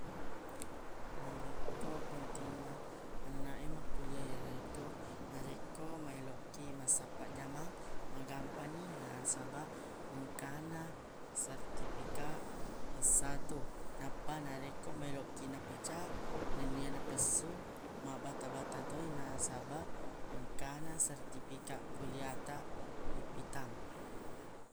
Narekko pentinna ananaqe makkulia e yanaritu narekko maeloq kiq massappaq jamang magampangngi nasabaq engkana sertifikaq s satu nappa narekko meloq kiq napecaq nennia napessu mabata-bata toi nasabaq engkana sertifikaq kulia taq ipitang